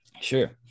Sure